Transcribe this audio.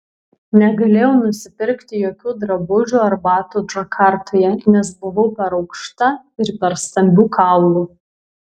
negalėjau nusipirkti jokių drabužių ar batų džakartoje nes buvau per aukšta ir per stambių kaulų